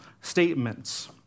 statements